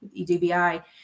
EDBI